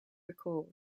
record